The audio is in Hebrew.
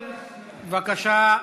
בבקשה.